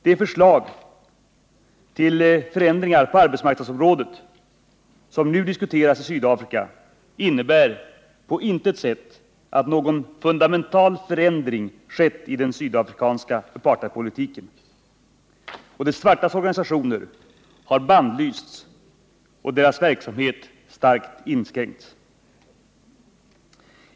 De förslag till förändringar på arbetsmarknadsområdet som nu diskuteras i Sydafrika innebär på intet sätt att någon fundamental förändring skett i den sydafrikanska apartheidpolitiken. De svartas organisationer har bannlysts och deras verksamhet starkt inskränkts.